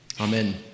Amen